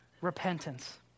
repentance